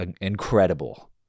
incredible